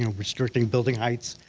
ah restricting building heights,